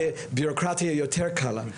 ובירוקרטיה יותר קלה,